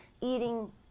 eating